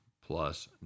plus